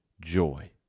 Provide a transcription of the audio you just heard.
joy